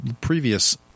previous